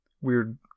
weird